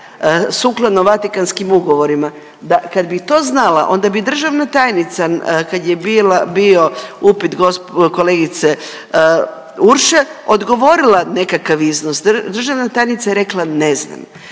sukladno Vatikanskim ugovorima kad bi to znala onda bi državna tajnica kad je bi upit kolegice Urše odgovorila nekakav iznos. Državna tajnica je rekla ne znam.